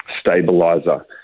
stabilizer